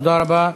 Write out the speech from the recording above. תודה רבה.